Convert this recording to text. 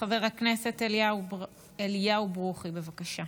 חבר הכנסת אליהו ברוכי, בבקשה.